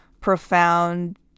profound